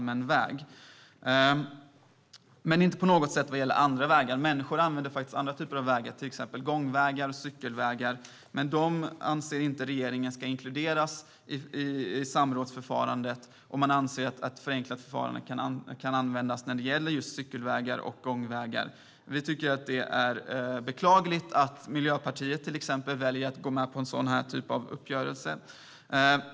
Men människor använder även andra vägar, till exempel gång och cykelvägar. Regeringen anser dock inte att dessa ska inkluderas i samrådsförfarandet utan menar att förenklat förfarande kan användas just för gång och cykelvägar. Vi tycker att det är beklagligt att Miljöpartiet går med på en sådan här uppgörelse.